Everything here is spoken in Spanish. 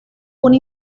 una